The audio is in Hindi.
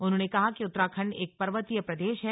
उन्होंने कहा कि उत्तराखण्ड एक पर्वतीय प्रदेश है